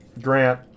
Grant